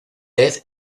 dead